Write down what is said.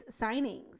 signings